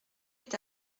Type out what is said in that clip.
est